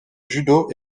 judo